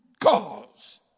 Cause